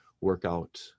workout